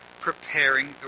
preparing